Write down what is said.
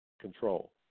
control